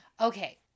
okay